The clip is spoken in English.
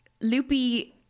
loopy